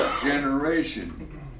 generation